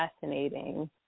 fascinating